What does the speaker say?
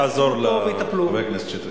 אל תעזור לחבר הכנסת שטרית.